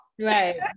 right